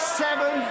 seven